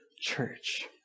church